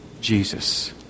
Jesus